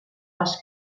les